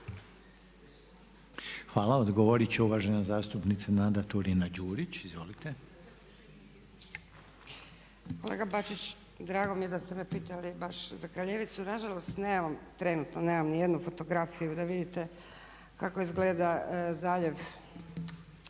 Hvala. Odgovorit će uvažena zastupnica Nada Turina Đurić. Izvolite. **Turina-Đurić, Nada (HNS)** Kolega Bačić, drago mi je da ste me pitali baš za Kraljevicu. Na žalost nemam, trenutno nemam ni jednu fotografiju da vidite kako izgleda zaljev